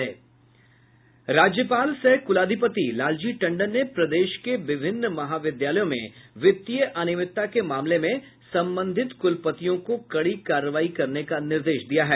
राज्यपाल सह कुलाधिपति लालजी टंडन ने प्रदेश के विभिन्न महाविद्यालयों में वित्तीय अनियमितता के मामले में संबंधित कुलपतियों को कड़ी कार्रवाई करने का निर्देश दिया है